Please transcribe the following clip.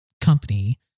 company